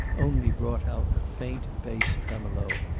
only brought out a faint bass tremolo,